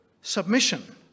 submission